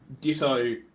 Ditto